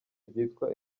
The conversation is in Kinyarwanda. ryitwa